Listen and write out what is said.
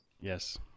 Yes